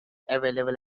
available